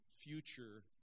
future